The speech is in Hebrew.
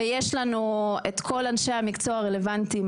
ויש לנו את כל אנשי המקצוע הרלוונטיים.